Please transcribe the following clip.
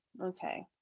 Okay